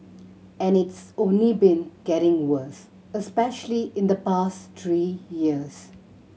and it's only been getting worse especially in the past three years